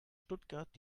stuttgart